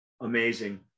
Amazing